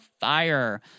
fire